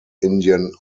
indian